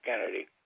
Kennedy